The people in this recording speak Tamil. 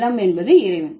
நிலம் என்பது இறைவன்